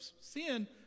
sin